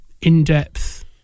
in-depth